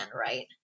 right